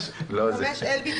זו הסיבה שהוא עבר לכאן.